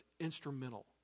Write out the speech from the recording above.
instrumental